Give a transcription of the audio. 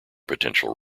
potential